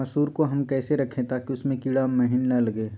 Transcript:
मसूर को हम कैसे रखे ताकि उसमे कीड़ा महिना लगे?